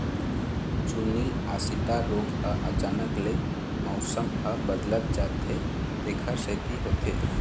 चूर्निल आसिता रोग ह अचानक ले मउसम ह बदलत जाथे तेखर सेती होथे